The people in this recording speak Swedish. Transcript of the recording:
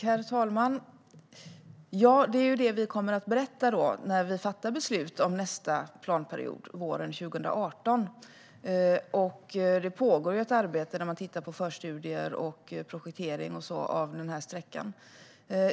Herr talman! Det är detta vi kommer att berätta när vi fattar beslut om nästa planperiod våren 2018. Det pågår ju ett arbete med förstudier och projektering av den här sträckan.